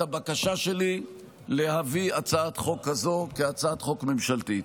הבקשה שלי להביא הצעת חוק כזאת כהצעת חוק ממשלתית.